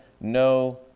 No